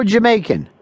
Jamaican